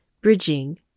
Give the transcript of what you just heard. bridging